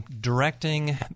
Directing